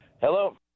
Hello